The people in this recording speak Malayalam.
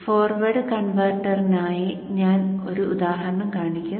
ഫോർവേഡ് കൺവെർട്ടറിനായി ഞാൻ ഒരു ഉദാഹരണം കാണിക്കും